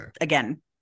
again